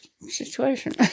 situation